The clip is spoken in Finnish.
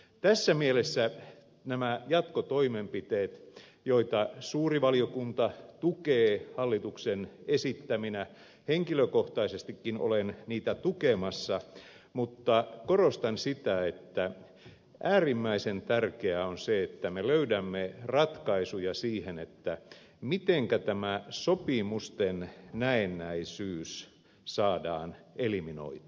tässä mielessä näitä jatkotoimenpiteitä joita suuri valiokunta tukee hallituksen esittäminä henkilökohtaisestikin olen tukemassa mutta korostan sitä että äärimmäisen tärkeää on se että me löydämme ratkaisuja siihen mitenkä tämä sopimusten näennäisyys saadaan eliminoitua